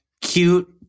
cute